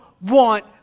want